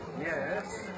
Yes